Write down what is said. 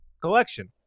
collection